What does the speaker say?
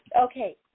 Okay